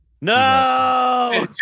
No